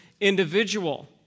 individual